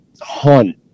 hunt